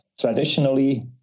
traditionally